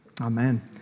Amen